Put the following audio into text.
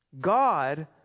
God